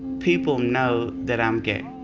people know that i'm gay.